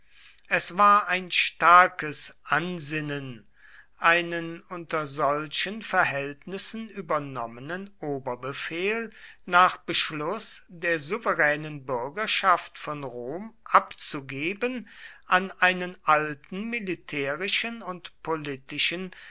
es war ein starkes ansinnen einen unter solchen verhältnissen übernommenen oberbefehl nach beschluß der souveränen bürgerschaft von rom abzugeben an einen alten militärischen und politischen